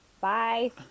Bye